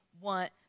want